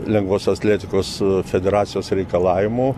lengvosios atletikos federacijos reikalavimų